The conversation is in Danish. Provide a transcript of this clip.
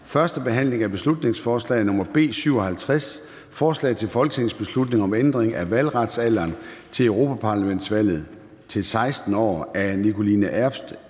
2) 1. behandling af beslutningsforslag nr. B 57: Forslag til folketingsbeslutning om ændring af valgretsalderen til europaparlamentsvalg til 16 år. Af Nikoline Erbs